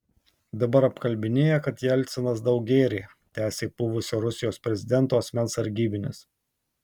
dabar apkalbinėja kad jelcinas daug gėrė tęsė buvusio rusijos prezidento asmens sargybinis